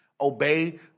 Obey